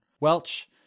Welch